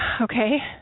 okay